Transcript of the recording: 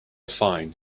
fine